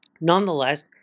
nonetheless